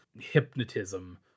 hypnotism